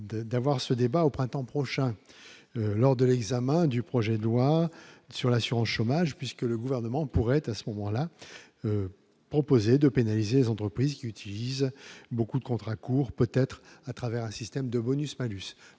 d'avoir ce débat au printemps prochain, lors de l'examen du projet de loi sur l'assurance chômage, puisque le gouvernement pourrait à ce moment-là, proposé de pénaliser les entreprises qui utilisent beaucoup de contrats courts, peut-être à travers un système de bonus-malus